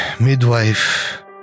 midwife